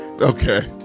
okay